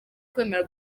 kwemera